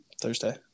thursday